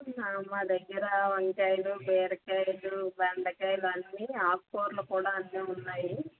మా దగ్గర వంకాయలు బీరకాయలు బెండకాయలు అన్నీ ఆకుకూరలు కూడా అన్నీ ఉన్నాయి